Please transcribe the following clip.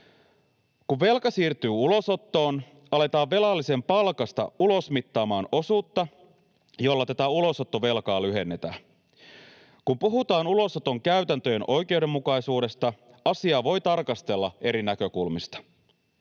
Kun velka siirtyy ulosottoon, aletaan velallisen palkasta ulosmittaamaan osuutta, jolla tätä ulosottovelkaa lyhennetään. Kun puhutaan ulosoton käytäntöjen oikeudenmukaisuudesta, asiaa voi tarkastella eri näkökulmista.